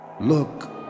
Look